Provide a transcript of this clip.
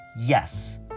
Yes